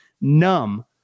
numb